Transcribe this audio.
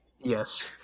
Yes